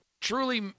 truly